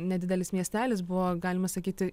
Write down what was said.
nedidelis miestelis buvo galima sakyti